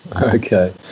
Okay